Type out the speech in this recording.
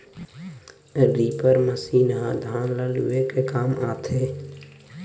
reaper machine ह धान ल लूए के काम आथे